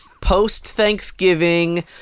post-Thanksgiving